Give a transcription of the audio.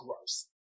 gross